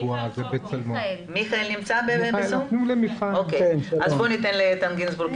ח"כ איתן גינזבורג